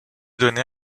donné